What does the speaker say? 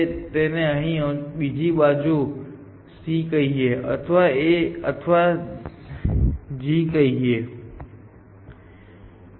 તેને અહીં બીજું C કહીએ અથવા A અથવા G કહીએ છે જે T નથી અને બાકીનું બધું એક સરખું જ છે